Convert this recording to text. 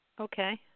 Okay